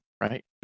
Right